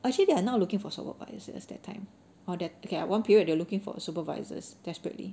actually they are now looking for supervisors that time or the okay one period they were looking for supervisors desperately